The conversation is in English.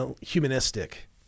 humanistic